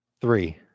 three